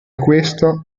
questo